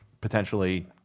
potentially